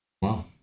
Wow